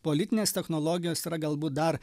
politinės technologijos yra galbūt dar